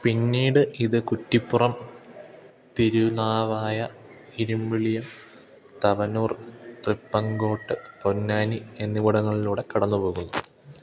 പിന്നീട് ഇത് കുറ്റിപ്പുറം തിരുനാവായ ഇരിമ്പിളിഫ് തവനൂർ ത്രിപ്രങ്കോട്ട് പൊന്നാനി എന്നിവിടങ്ങളിലൂടെ കടന്നു പോകുന്നു